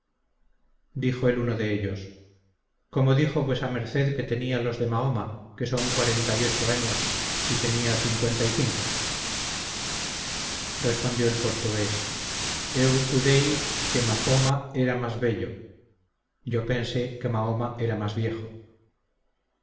dijo el uno de ellos cómo dijo vuesa merced que tenía los de mahoma que son cuarenta y ocho años si tenía cincuenta y cinco respondió el portugués eu cudei que mafoma era mas vello